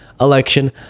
election